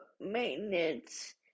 maintenance